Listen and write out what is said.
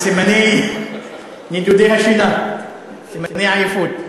מסימני נדודי השינה, סימני העייפות.